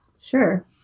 sure